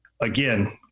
Again